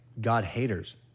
God-haters